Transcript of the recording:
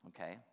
okay